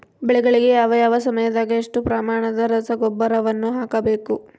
ಬೆಳೆಗಳಿಗೆ ಯಾವ ಯಾವ ಸಮಯದಾಗ ಎಷ್ಟು ಪ್ರಮಾಣದ ರಸಗೊಬ್ಬರವನ್ನು ಹಾಕಬೇಕು?